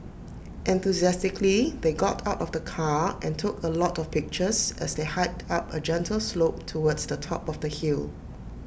enthusiastically they got out of the car and took A lot of pictures as they hiked up A gentle slope towards the top of the hill